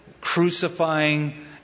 crucifying